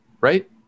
right